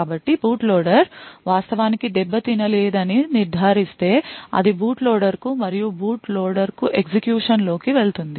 కాబట్టి boot loader వాస్తవానికి దెబ్బతినలేదని నిర్ధారిస్తే అది బూట్ లోడర్కు మరియు బూట్ లోడర్కు ఎగ్జిక్యూషన్లోకి వెళుతుంది